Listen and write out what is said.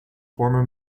former